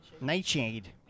Nightshade